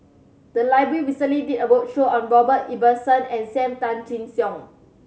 the library recently did a roadshow on Robert Ibbetson and Sam Tan Chin Siong